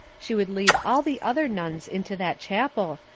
she would lead all the other nuns into that chapel,